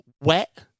Wet